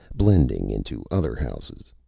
blending into other houses,